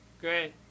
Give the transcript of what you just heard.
Great